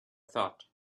thought